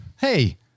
hey